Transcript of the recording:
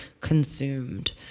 consumed